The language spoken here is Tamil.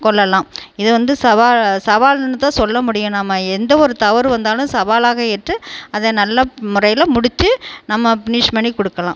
கொள்ளலாம் இதை வந்து சவால் சவாலுன்னு தான் சொல்ல முடியும் நம்ம எந்த ஒரு தவறு வந்தாலும் சவாலாக ஏற்று அதை நல்ல முறையில் முடித்து நம்ம ஃபினிஷ் பண்ணி கொடுக்கலாம்